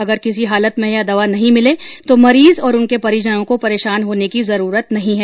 अगर किसी हालत में यह दवा नहीं भिले तो मरीज और उनके परिजनों को परेशान होने की जरूरत नहीं है